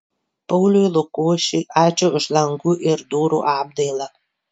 pauliui lukošiui ačiū už langų ir durų apdailą